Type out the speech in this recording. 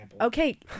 Okay